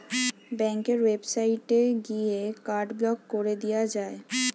ব্যাংকের ওয়েবসাইটে গিয়ে কার্ড ব্লক কোরে দিয়া যায়